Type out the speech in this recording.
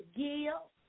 give